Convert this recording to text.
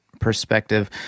perspective